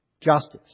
Justice